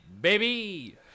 baby